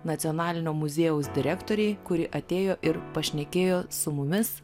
nacionalinio muziejaus direktorei kuri atėjo ir pašnekėjo su mumis